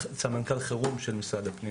סמנכ"ל חירום של משרד הפנים